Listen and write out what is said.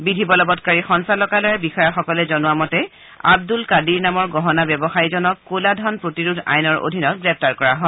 বিধি বলবৎকাৰী সঞালকালয়ৰ বিয়য়াসকলে জনোৱা মতে আব্দুল কাদিৰ নামৰ গহণা ব্যৱসায়ীজনক কলা ধন প্ৰতিৰোধ আইনৰ অধীনত গ্ৰেপ্তাৰ কৰা হয়